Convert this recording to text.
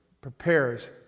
prepares